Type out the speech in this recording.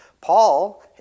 Paul